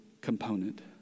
component